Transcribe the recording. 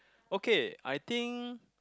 okay I think